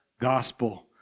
gospel